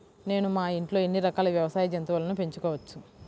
నేను మా ఇంట్లో ఎన్ని రకాల వ్యవసాయ జంతువులను పెంచుకోవచ్చు?